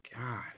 God